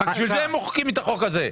בשביל זה הם מוחקים את החוק הזה,